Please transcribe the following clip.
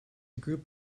group